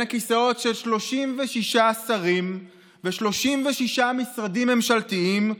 הכיסאות של 36 שרים ו-36 משרדים ממשלתיים.